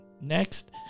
next